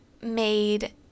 made